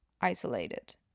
isolated